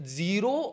zero